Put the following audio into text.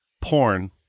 Porn